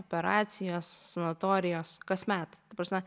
operacijos sanatorijos kasmet ta prasme